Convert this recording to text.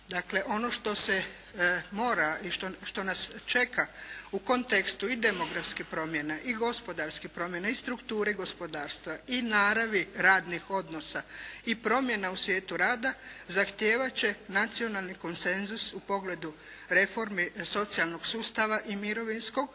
Dakle, ono što se mora i što nas čeka u kontekstu i demografskih promjena i gospodarskih promjena, i strukture gospodarstva i naravi radnih odnosa, i promjena u svijetu rada zahtijevat će nacionalni konsenzus u pogledu reformi socijalnog sustava i mirovinskog